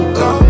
go